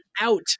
out